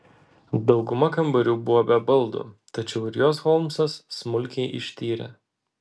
dauguma kambarių buvo be baldų tačiau ir juos holmsas smulkiai ištyrė